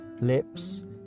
lips